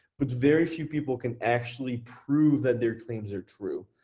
but very few people can actually prove that their claims are true.